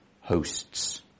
hosts